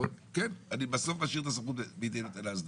כן אני בסוף משאיר את הסמכות בידי נותן ההסדרה.